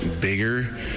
bigger